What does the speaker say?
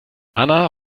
anna